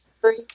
Three